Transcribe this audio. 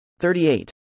38